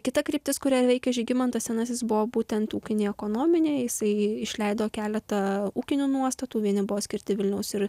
kita kryptis kuria veikė žygimantas senasis buvo būtent ūkinė ekonominė jisai išleido keletą ūkinių nuostatų vieni buvo skirti vilniaus ir